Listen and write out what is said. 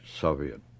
Soviet